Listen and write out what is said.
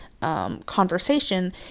conversation